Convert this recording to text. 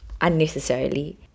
unnecessarily